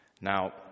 Now